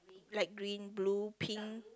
light green blue pink